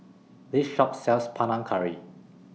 This Shop sells Panang Curry